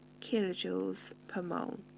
kilojoules per mole.